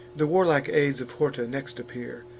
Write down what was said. the warlike aids of horta next appear,